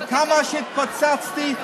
כמה שהתפוצצתי,